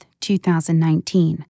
2019